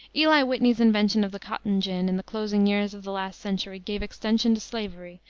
eli whitney's invention of the cotton gin in the closing years of the last century gave extension to slavery,